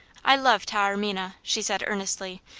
i love taormina, she said, earnestly,